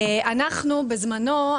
בזמנו,